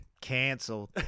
canceled